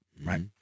Right